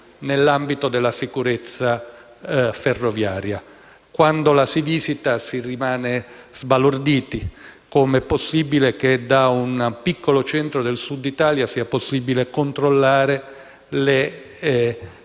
nell'ambito della sicurezza ferroviaria. Quando la si visita si rimane sbalorditi e ci si chiede come sia possibile che da un piccolo centro del Sud d'Italia si possa controllare lo